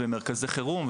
מרכזי חירום,